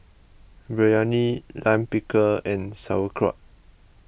Biryani Lime Pickle and Sauerkraut